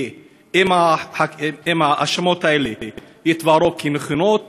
כי אם ההאשמות האלה יתבררו כנכונות,